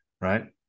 right